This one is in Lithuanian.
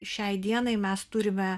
šiai dienai mes turime